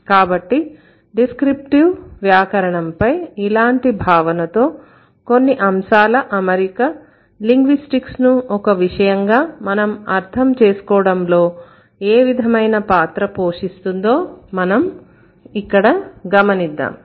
కాబట్టి డిస్క్రిప్టివ్ వ్యాకరణంపై ఇలాంటి భావనతో కొన్ని అంశాల అమరిక లింగ్విస్టిక్స్ ను ఒక విషయంగా మనం అర్థం చేసుకోవటంలో ఏ విధమైన పాత్ర పోషిస్తుందో గమనిద్దాం